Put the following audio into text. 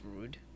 rude